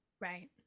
Right